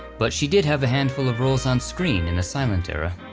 but she did have a handful of roles on screen in the silent era,